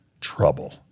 trouble